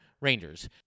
Rangers